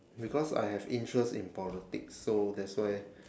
because I have interest in politics so that's why